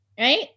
Right